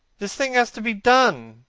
the thing has to be done.